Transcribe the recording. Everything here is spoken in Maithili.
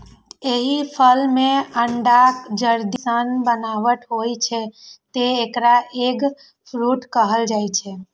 एहि फल मे अंडाक जर्दी सन बनावट होइ छै, तें एकरा एग फ्रूट कहल जाइ छै